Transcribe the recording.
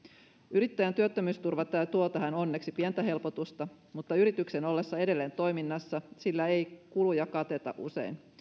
yrittäjän työttömyysturva tuo tähän onneksi pientä helpotusta mutta yrityksen ollessa edelleen toiminnassa sillä ei kuluja kateta usein